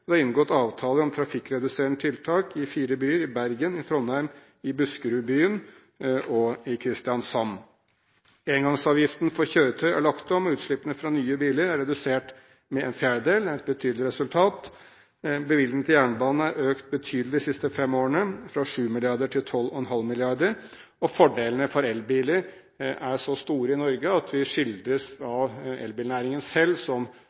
Det er inngått avtale om trafikkreduserende tiltak i fire byer: Bergen, Trondheim, Buskerudbyen og Kristiansand. Engangsavgiften for kjøretøy er lagt om. Utslippene fra nye biler er redusert med en fjerdedel – et betydelig resultat. Bevilgningen til jernbanen er økt betydelig de siste fem årene – fra 7 mrd. kr til 12,5 mrd. kr. Fordelene for elbiler er så store i Norge at vi av elbilnæringen selv skildres som